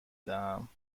دهم